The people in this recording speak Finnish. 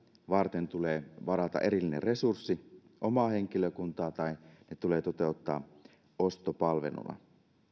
varten tulee varata erillinen resurssi omaa henkilökuntaa tai ne tulee toteuttaa ostopalveluna